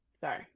Sorry